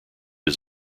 his